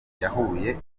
yahuye